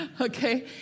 Okay